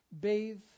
bathe